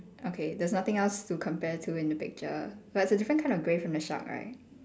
okay there's nothing else to compare to in the picture but it's a different kind of grey from the shark right